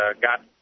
got –